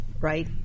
Right